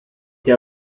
che